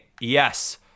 yes